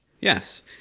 Yes